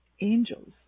angels